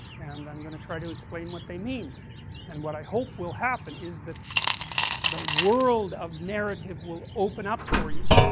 and i am going to try and explain what they mean and what i hope will happen is that the world of narrative will open up for you,